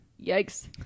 Yikes